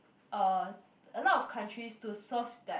uh a lot of countries to serve that